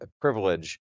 privilege